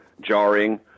jarring